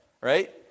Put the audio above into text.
right